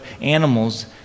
animals